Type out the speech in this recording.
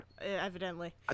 evidently